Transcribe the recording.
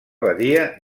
badia